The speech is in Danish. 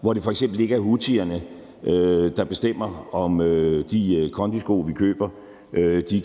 hvor det f.eks. ikke er houthierne, der bestemmer, om de kondisko, vi køber,